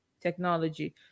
technology